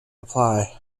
apply